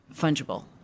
fungible